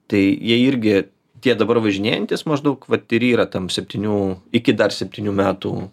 tai jie irgi tie dabar važinėjantys maždaug vat ir yra tam septynių iki dar septynių metų